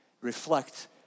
reflect